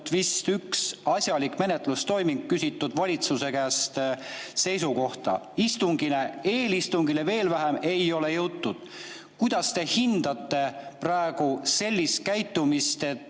ainult üks asjalik menetlustoiming: küsitud valitsuse käest seisukohta. Istungile, eelistungile veel vähem, ei ole jõutud. Kuidas te hindate praegu sellist käitumist, et